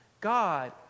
God